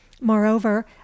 Moreover